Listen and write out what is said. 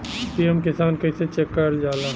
PM Kisan कइसे check करल जाला?